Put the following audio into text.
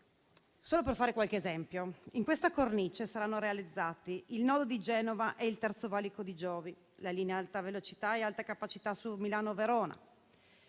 Solo per fare qualche esempio, in questa cornice saranno realizzati il nodo di Genova e il terzo valico dei Giovi; la linea Alta velocità-Alta capacità sulla tratta Milano-Verona;